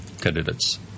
candidates